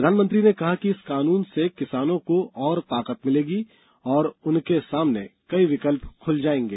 प्रधानमंत्री ने कहा कि इस कानून से किसानों को और ताकत मिलेगी और उनके सामने कई विकल्प खुल जाएंगे